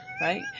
Right